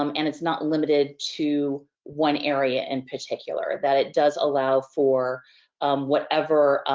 um and it's not limited to one area in particular. that it does allow for whatever